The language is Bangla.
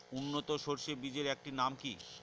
উন্নত সরষে বীজের একটি নাম কি?